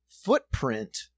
footprint